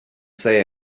say